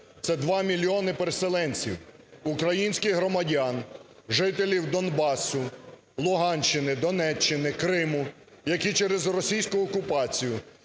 це 2 мільйони переселенців, українських громадян, жителів Донбасу, Луганщини, Донеччини, Криму, які через російську окупацію